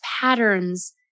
patterns